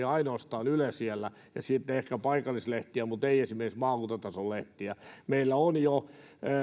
ainoastaan yle ja sitten ehkä paikallislehtiä mutta ei esimerkiksi maakuntatason lehtiä jo